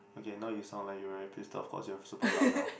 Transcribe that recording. okay now you sound like you very pissed off cause you are super loud now